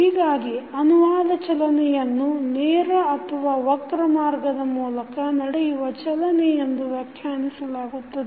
ಹೀಗಾಗಿ ಅನುವಾದ ಚಲನೆಯನ್ನು ನೇರ ಅಥವಾ ವಕ್ರ ಮಾರ್ಗದ ಮೂಲಕ ನಡೆಯುವ ಚಲನೆ ಎಂದು ವ್ಯಾಖ್ಯಾನಿಸಲಾಗುತ್ತದೆ